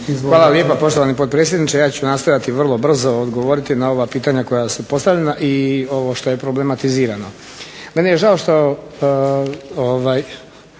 Hvala lijepa poštovani potpredsjedniče. Ja ću nastojati vrlo brzo odgovoriti na ova pitanja koja su postavljena i na ovo što je problematizirano. Naime, žao mi